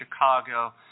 Chicago